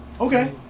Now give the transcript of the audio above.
Okay